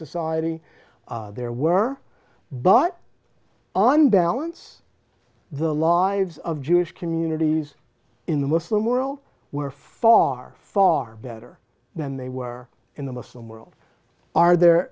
society there were but on balance the lives of jewish communities in the muslim world were far far better than they were in the muslim world are the